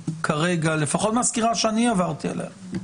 לפחות מהסקירה שאני עברתי עליה,